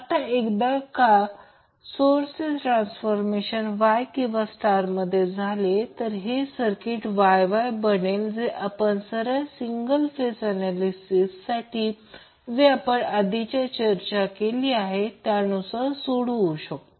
आता एकदा का सोर्सचे ट्रान्सफॉर्मर Y किंवा स्टारमध्ये झाले तर हे सर्किट Y Y बनेल जे आपण सरळ सिंगल फेज ऍनॅलिसिस जे आपण या आधी चर्चा केली त्यानुसार सोडवू शकतो